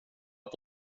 att